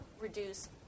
reduce